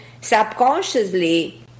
subconsciously